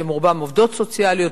שהם רובם עובדות סוציאליות,